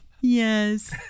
yes